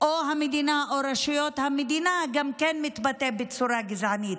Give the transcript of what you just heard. המדינה או את רשויות המדינה מתבטא בצורה גזענית.